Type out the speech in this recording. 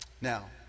Now